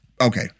Okay